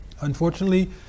Unfortunately